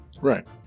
Right